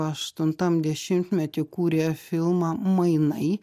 aštuntam dešimtmety kūrė filmą mainai